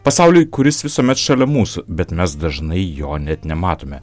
pasauliui kuris visuomet šalia mūsų bet mes dažnai jo net nematome